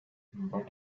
but